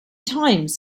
times